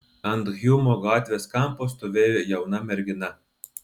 ant hjumo gatvės kampo stovėjo jauna mergina